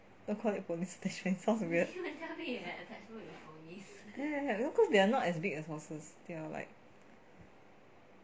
don't call it ponies attachment it sounds weird ya because they are not as big as horses they are like